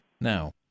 Now